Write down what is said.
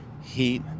heat